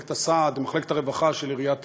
מחלקת הסעד או מחלקת הרווחה של עיריית תל-אביב.